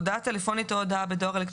הודעה טלפונית או הודעה בדואר אלקטרוני.